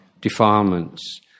defilements